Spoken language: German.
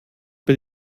bei